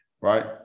right